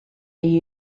they